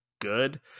good